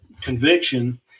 conviction